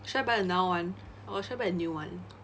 should I buy a now one or should I buy a new one